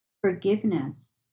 forgiveness